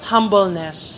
Humbleness